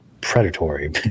predatory